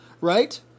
right